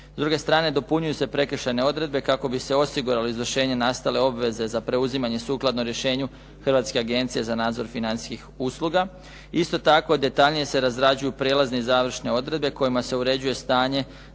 S druge strane, dopunjuju se prekršajne odredbe kako bi se osiguralo izvršenje nastale obveze za preuzimanje sukladno rješenju Hrvatske agencije za nadzor financijskih usluga. Isto tako detaljnije se razrađuju prijelazne i završne odredbe kojima se uređuje stanje